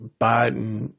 Biden